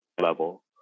level